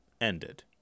ended